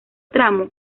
tramo